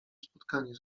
spotkanie